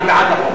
אני בעד החוק.